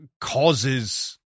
causes